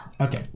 Okay